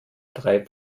drei